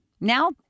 Now